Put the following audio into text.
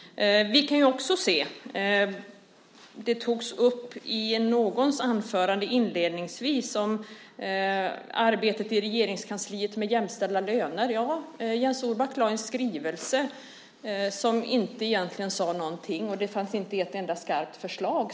Vi kan också se på arbetet i Regeringskansliet vad gäller jämställda löner; det togs upp av någon i ett tidigare anförande. Jens Orback lade fram en skrivelse som egentligen inte sade någonting. Där fanns inte ett enda skarpt förslag.